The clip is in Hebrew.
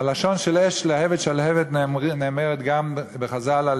הלשון של "אש להבת שלהבת" נאמרת גם בחז"ל על